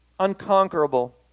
unconquerable